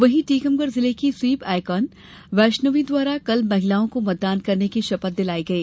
वहीं टीकमगढ जिले की स्वीप आईकोन वैष्णवी द्वारा कल महिलाओं को मतदान करने की शपथ दिलाई गयी